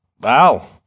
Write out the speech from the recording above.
Wow